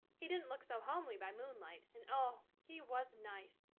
he didn't look so homely by moonlight and oh, he was nice.